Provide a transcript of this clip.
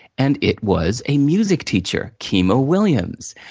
and it was a music teacher, kima williams.